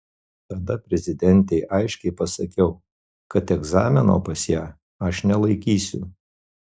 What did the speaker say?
tada prezidentei aiškiai pasakiau kad egzamino pas ją aš nelaikysiu